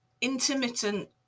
intermittent